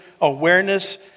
awareness